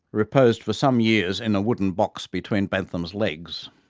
reposed for some years in a wooden box between bentham's legs.